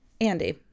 Andy